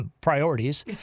priorities